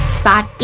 start